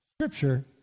scripture